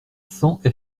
cents